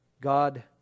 God